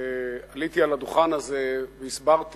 עליתי על הדוכן הזה והסברתי